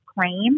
claim